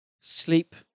sleep